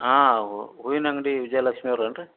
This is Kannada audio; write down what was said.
ಹಾಂ ಹೂವಿನಂಗಡಿ ವಿಜಯಲಕ್ಷ್ಮಿಯವರು ಅಂತ